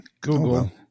Google